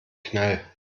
knall